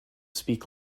speak